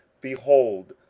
behold,